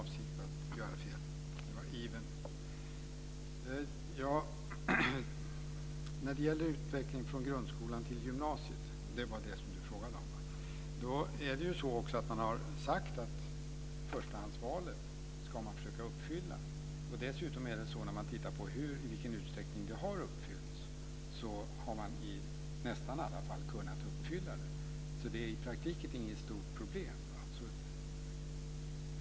Herr talman! Förlåt, det var inte min avsikt att göra fel. Det var ivern. Frågan gällde övergången från grundskolan till gymnasiet. Man har ju sagt att man ska försöka tillgodose förstahandsvalet. Dessutom är det så att man, när man tittar på i vilken utsträckning det här har tillgodosetts, ser att förstahandsvalet i nästan alla fall har kunnat tillgodoses, så det är i praktiken inget stort problem.